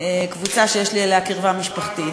קבוצה שיש לי אליה קרבה משפחתית,